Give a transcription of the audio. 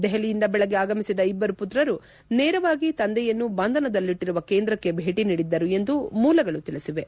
ದೆಹಲಿಯಿಂದ ಬೆಳಗ್ಗೆ ಆಗಮಿಸಿದ ಇಬ್ಬರು ಪುತ್ರರು ನೇರವಾಗಿ ತಂದೆಯನ್ನು ಬಂಧನದಲ್ಲಿಟ್ಟರುವ ಕೇಂದ್ರಕ್ಕೆ ಭೇಟಿ ನೀಡಿದ್ದರು ಎಂದು ಮೂಲಗಳು ತಿಳಿಸಿವೆ